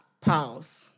pause